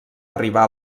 arribar